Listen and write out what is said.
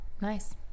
nice